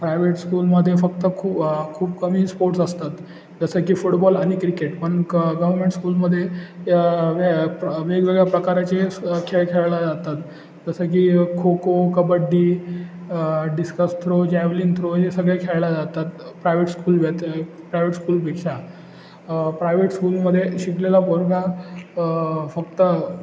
private स्कूलमध्ये फक्त खू खूप कमी स्पोर्ट्स असतात जसं की फुटबॉल आणि क्रिकेट पण क गव्हर्मेंट स्कूलमध्ये वे प्र वेगवेगळ्या प्रकारचे स खेळ खेळले जातात जसं की kho kho kabaddi discus throw javelin throw हे सगळे खेळले जातात प्रायवेट स्कूलव्य प्रायव्हेट स्कूलपेक्षा प्रायवेट स्कूलमध्ये शिकलेला पोरगा फक्त